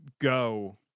Go